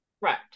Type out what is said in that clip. Right